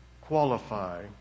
qualify